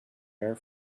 air